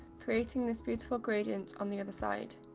creating this beautiful gradient on the other side.